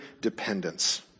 dependence